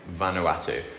Vanuatu